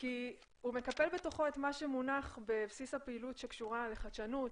כי הוא מקפל בתוכו את מה שמונח בבסיס הפעילות שקשורה לחדשנות,